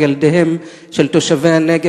של ילדיהם של תושבי הנגב,